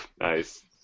Nice